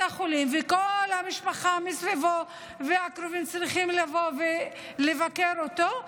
החולים וכל המשפחה מסביבו והקרובים צריכים לבוא ולבקר אותו,